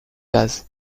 gaz